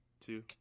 two